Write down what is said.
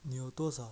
你有多少